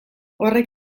horrek